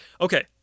Okay